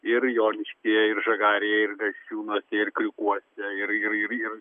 ir joniškyje ir žagarėje ir gasčiūnuose ir kriūkuose ir ir